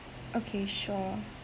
okay sure